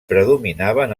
predominaven